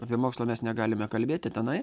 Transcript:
apie mokslą mes negalime kalbėti tenai